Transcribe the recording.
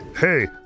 Hey